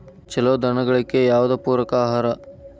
ಛಲೋ ದನಗಳಿಗೆ ಯಾವ್ದು ಪೂರಕ ಆಹಾರ?